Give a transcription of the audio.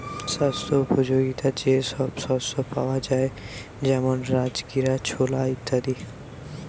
স্বাস্থ্য উপযোগিতা যে সব শস্যে পাওয়া যায় যেমন রাজগীরা, ছোলা ইত্যাদি